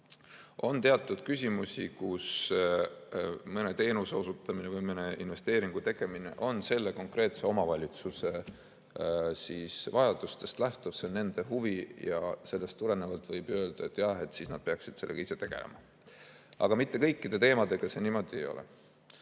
On teatud küsimusi, kus mõne teenuse osutamine või mõne investeeringu tegemine lähtub selle konkreetse omavalitsuse vajadustest. See on nende huvi ja sellest tulenevalt võib öelda, et jah, nad peaksid sellega ise tegelema. Aga mitte kõikide teemadega ei ole